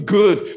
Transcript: good